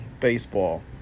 baseball